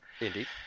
Indeed